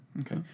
okay